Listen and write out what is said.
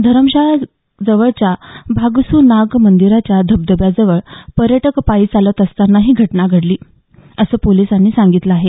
धरमशाला जवळच्या भागसू नाग मंदिराच्या धबधब्याजवळ पर्यटक पायी चालत असतांना ही घटना घडली असं पोलिसांनी सांगितलं आहे